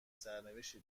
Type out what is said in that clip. سرنوشتی